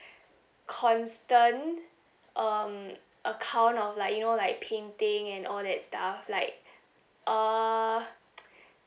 constant um account of like you know like painting and all that stuff like uh